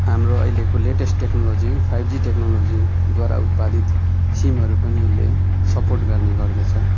हाम्रो अहिलेको latest technology five G टेक्नोलोजीद्वारा उत्पादित सिमहरू पनि यसले सपोर्ट गर्ने गर्दछ